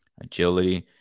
agility